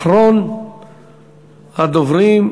אחרון הדוברים,